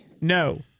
No